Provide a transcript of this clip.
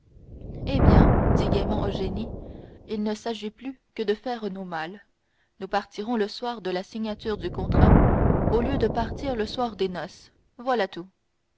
eh bien dit gaiement eugénie il ne s'agit plus que de faire nos malles nous partirons le soir de la signature du contrat au lieu de partir le soir des noces voilà tout